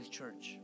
church